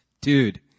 Dude